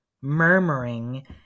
murmuring